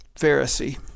Pharisee